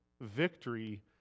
victory